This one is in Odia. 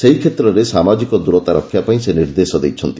ସେହି କ୍ଷେତ୍ରରେ ସାମାଜିକ ଦୂରତା ରକ୍ଷା ପାଇଁ ସେ ନିର୍ଦ୍ଦେଶ ଦେଇଛନ୍ତି